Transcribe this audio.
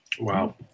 Wow